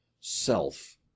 self